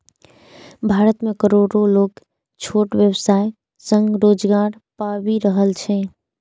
भारत मे करोड़ो लोग छोट व्यवसाय सं रोजगार पाबि रहल छै